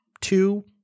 two